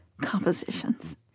compositions